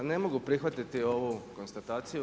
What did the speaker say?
Pa ne mogu prihvatiti ovu konstataciju.